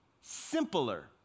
simpler